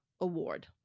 award